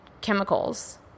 chemicals